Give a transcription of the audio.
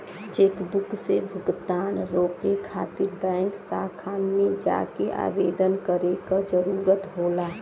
chequebook से भुगतान रोके खातिर बैंक शाखा में जाके आवेदन करे क जरुरत होला